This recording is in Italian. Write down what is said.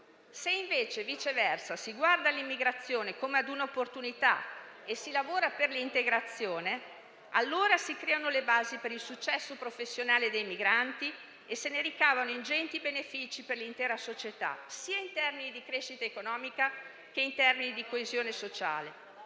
Se invece, viceversa, si guarda all'immigrazione come a un'opportunità e si lavora per l'integrazione, allora si creano le basi per il successo professionale dei migranti e se ne ricavano ingenti benefici per l'intera società, in termini sia di crescita economica che di coesione sociale.